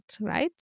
right